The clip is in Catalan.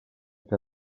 que